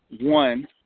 one